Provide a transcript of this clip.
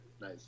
Nice